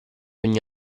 ogni